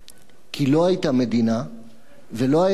כי לא היתה מדינה ולא היה צבא